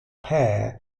pair